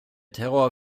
terror